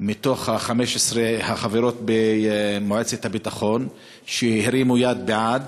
מה-15 החברות במועצת הביטחון הרימו יד בעד,